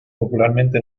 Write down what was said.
popularmente